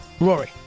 Rory